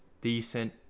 decent